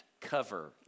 cover